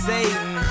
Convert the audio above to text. Satan